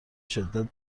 شدت